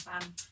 fan